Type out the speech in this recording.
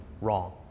Wrong